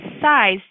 size